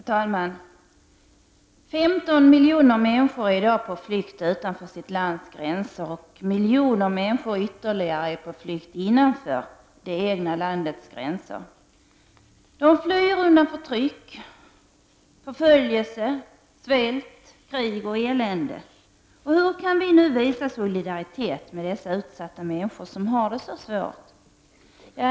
Herr talman! 15 miljoner människor är i dag på flykt utanför sitt lands gränser och miljoner människor ytterligare är på flykt innanför det egna landets gränser. De flyr undan förtryck, förföljelse, svält, krig och elände. Hur kan vi visa solidaritet med dessa utsatta människor, som har det så svårt?